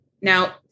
Now